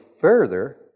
further